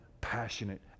passionate